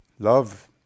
Love